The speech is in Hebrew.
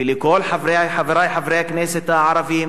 ולכל חברי חברי הכנסת הערבים